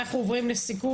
אנחנו עוברים לסיכום.